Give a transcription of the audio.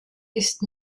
ist